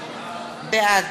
בעד